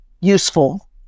useful